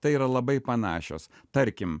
tai yra labai panašios tarkim